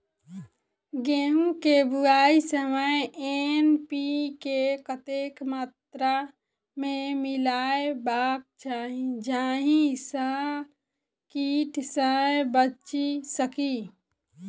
गेंहूँ केँ बुआई समय एन.पी.के कतेक मात्रा मे मिलायबाक चाहि जाहि सँ कीट सँ बचि सकी?